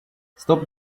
stop